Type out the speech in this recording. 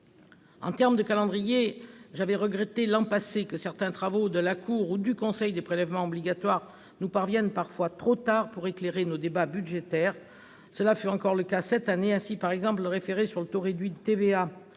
En termes de calendrier, j'avais regretté l'an passé que certains travaux de la Cour des comptes ou du Conseil des prélèvements obligatoires nous parviennent parfois trop tard pour éclairer nos débats budgétaires. Ce fut encore le cas cette année. Ainsi, le référé relatif au taux réduit de TVA